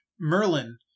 Merlin